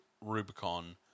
Rubicon